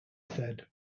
said